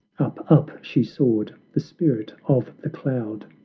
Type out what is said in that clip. up, up she soared, the spirit of the cloud,